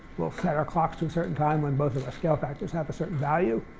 we'll set our clocks to a certain time when both of our scale factors have a certain value.